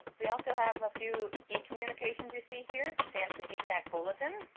we also have a few e-communications you see here, the samhsa dtac bulletin.